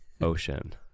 ocean